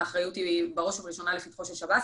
האחריות היא בראש ובראשונה לפתחו של שב"ס.